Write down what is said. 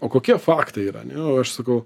o kokie faktai yra ane o aš sakau